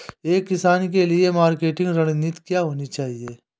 एक किसान के लिए मार्केटिंग रणनीति क्या होनी चाहिए?